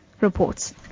reports